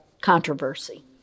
controversy